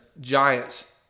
giants